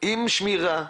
עם שמירה,